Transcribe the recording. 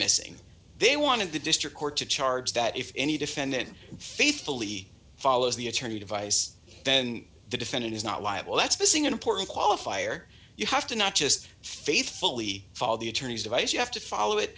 missing they wanted the district court to charge that if any defendant faithfully follows the attorney device then the defendant is not liable that's missing an important qualifier you have to not just faithfully follow the attorney's device you have to follow it